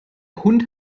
hund